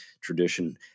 tradition